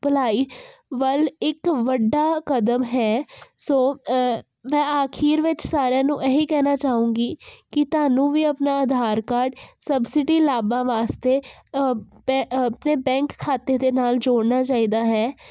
ਭਲਾਈ ਵੱਲ ਇੱਕ ਵੱਡਾ ਕਦਮ ਹੈ ਸੋ ਮੈਂ ਅਖੀਰ ਵਿੱਚ ਸਾਰਿਆਂ ਨੂੰ ਇਹੀ ਕਹਿਣਾ ਚਾਹੂੰਗੀ ਕਿ ਤੁਹਾਨੂੰ ਵੀ ਆਪਣਾ ਆਧਾਰ ਕਾਰਡ ਸਬਸਿਡੀ ਲਾਭਾਂ ਵਾਸਤੇ ਆਪਣੇ ਬੈਂਕ ਖਾਤੇ ਦੇ ਨਾਲ ਜੋੜਨਾ ਚਾਹੀਦਾ ਹੈ